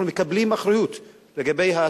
אנחנו מקבלים אחריות לתופעה,